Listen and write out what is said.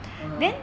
(uh huh)